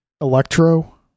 Electro